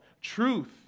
Truth